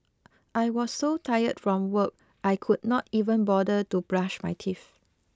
I was so tired from work I could not even bother to brush my teeth